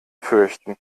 fürchten